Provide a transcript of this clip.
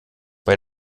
bei